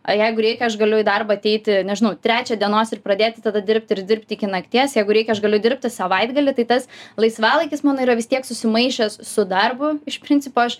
o jeigu reikia aš galiu į darbą ateiti nežinau trečią dienos ir pradėti tada dirbti ir dirbti iki nakties jeigu reikia aš galiu dirbti savaitgalį tai tas laisvalaikis mano yra vis tiek susimaišęs su darbu iš principo aš